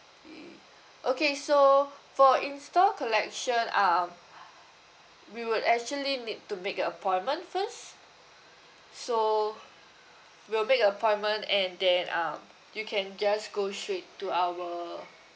ye~ okay so for in store collection um we would actually need to make a appointment first so we'll make a appointment and then um you can just go straight to our